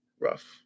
rough